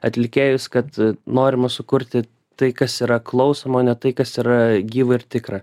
atlikėjus kad norima sukurti tai kas yra klausoma o ne tai kas yra gyva ir tikra